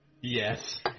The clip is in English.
Yes